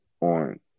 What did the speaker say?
on